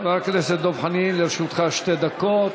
הכנסת דב חנין, לרשותך שתי דקות.